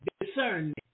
discernment